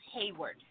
Hayward